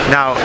Now